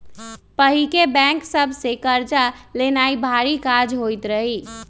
पहिके बैंक सभ से कर्जा लेनाइ भारी काज होइत रहइ